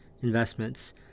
investments